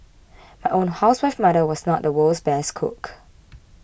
my own housewife mother was not the world's best cook